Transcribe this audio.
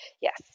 yes